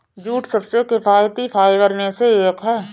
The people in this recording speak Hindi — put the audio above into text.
जूट सबसे किफायती फाइबर में से एक है